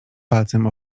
palcem